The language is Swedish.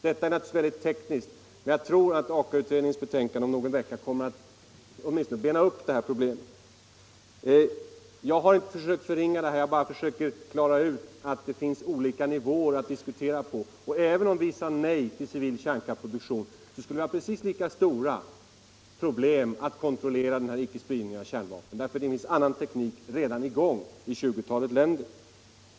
Detta är naturligtvis mycket tekniskt, men jag tror att Aka-utredningens betänkande om någon vecka kommer att bena upp det här problemet och klargöra sammanhangen. Jag har inte försökt förringa det här problemet, utan jag försöker bara klara ut att det kan diskuteras på olika nivåer. Även om vi sade nej till civil kärnkraftsproduktion, så skulle vi ha precis lika stora problem att åstadkomma kontroll när det gäller icke-spridnings-avtalet. Det finns nämligen redan en annan teknik att tillgå i ett tjugotal länder.